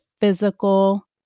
physical